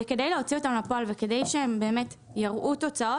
וכדי להוציא אותם לפועל וכדי שהם באמת יראו תוצאות